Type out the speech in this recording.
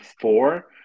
four